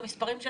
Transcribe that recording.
מה